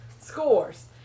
scores